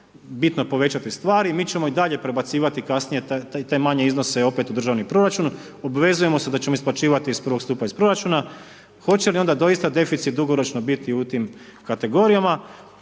bitno povećati stvari i mi ćemo i dalje prebacivati kasnije te manje iznose opet u drugi proračun, obvezujemo se da ćemo isplaćivati iz prvog stupa iz proračuna, hoće li onda doista deficit dugoročno biti u tim kategorijama.